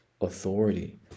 authority